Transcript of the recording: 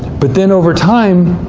but then over time,